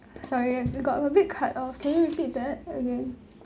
sorry got a bit cut off can you repeat that again